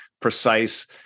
precise